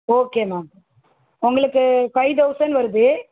okay ma'am உங்களுக்கு five thousand வருது